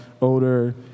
older